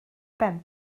ben